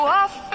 off